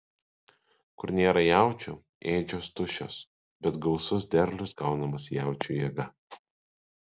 kur nėra jaučių ėdžios tuščios bet gausus derlius gaunamas jaučių jėga